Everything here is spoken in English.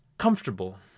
comfortable